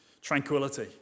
tranquility